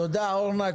תודה אורנה.